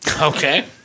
Okay